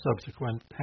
subsequent